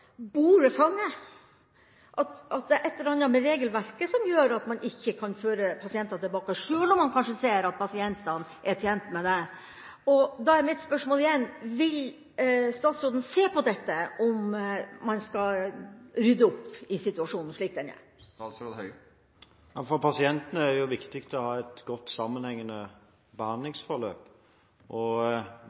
man ikke kan føre pasienter tilbake, selv om man kanskje ser at pasientene er tjent med det. Da er mitt spørsmål igjen: Vil statsråden se på om man skal rydde opp i situasjonen, slik den er? For pasientene er det viktig å ha et godt sammenhengende behandlingsforløp.